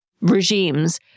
regimes